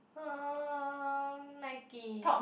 uh Nike